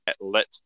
Let